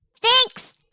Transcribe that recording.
Thanks